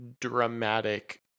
dramatic